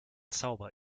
zauber